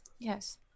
Yes